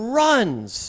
runs